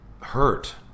hurt